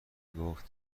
گفت